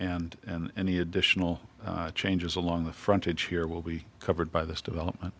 and and any additional changes along the frontage here will be covered by this development